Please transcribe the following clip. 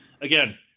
Again